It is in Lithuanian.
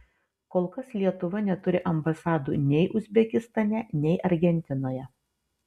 kol kas lietuva neturi ambasadų nei uzbekistane nei argentinoje